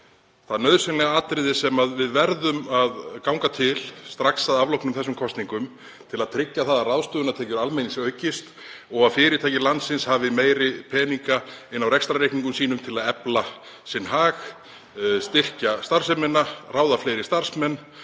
það nauðsynlega atriði sem við verðum að ganga til strax að loknum kosningum til að tryggja að ráðstöfunartekjur almennings aukist og að fyrirtæki landsins hafi meiri peninga inni á rekstrarreikningum sínum til að efla sinn hag, styrkja starfsemina, ráða fleiri starfsmenn